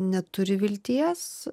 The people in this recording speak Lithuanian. neturi vilties